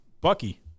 Bucky